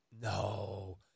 No